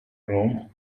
rome